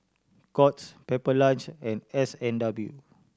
Courts Pepper Lunch and S and W